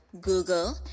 google